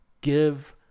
give